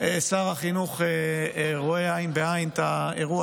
שר החינוך רואה איתי עין בעין את האירוע